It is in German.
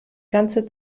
ganze